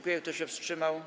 Kto się wstrzymał?